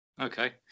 okay